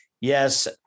yes